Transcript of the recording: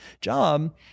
job